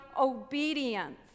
obedience